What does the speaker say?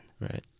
Right